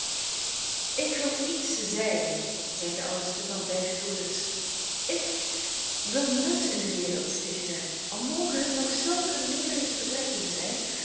ik wil iets zijn zei de oudste van vijf broeders ik wil nut in de wereld stichten al moge het ook nog zulk een nederige betrekking zijn